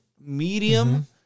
Medium